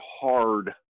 hard